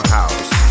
house